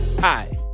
Hi